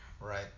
right